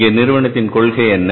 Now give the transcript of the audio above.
இங்கே நிறுவனத்தின் கொள்கை என்ன